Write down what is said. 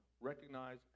recognize